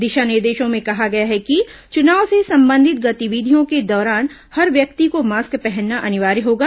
दिशा निर्देशों में कहा गया है कि चुनाव से संबंधित गतिविधियों के दौरान हर व्यक्ति को मास्क पहनना अनिवार्य होगा